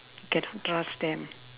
cannot trust them